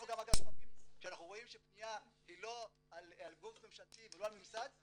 אגב לפעמים כשאנחנו רואים שהפניה היא לא על גוף ממשלתי ולא על הממסד,